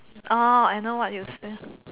I know what you say